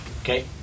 Okay